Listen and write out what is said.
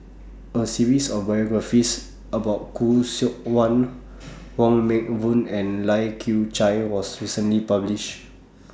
A series of biographies about Khoo Seok Wan Wong Meng Voon and Lai Kew Chai was recently published